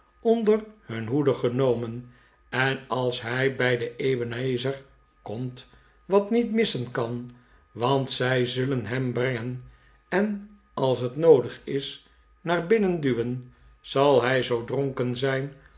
onder hun hoede genomen en als hij bij de ebenhaezer komt wat niet missen kan want zij zullen hem brengen en als het noodig is naar binnen duwen zal hij zoo dronken zijn